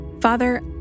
Father